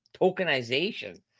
Tokenization